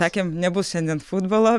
sakėm nebus šiandien futbolo